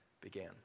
began